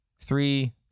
three